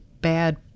bad